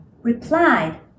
replied